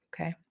okay